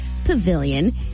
Pavilion